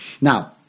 Now